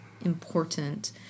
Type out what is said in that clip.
important